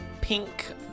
pink